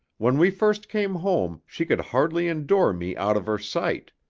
when we first came home she could hardly endure me out of her sight.